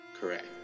Correct